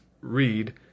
read